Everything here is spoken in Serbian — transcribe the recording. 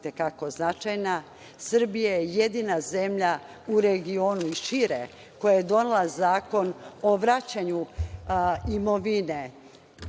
te kako značajna. Srbija je jedina zemlja u regionu i šire, koja je donela Zakon o vraćanju imovine